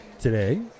today